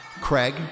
Craig